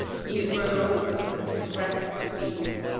he had grown old, and his breath was feeble.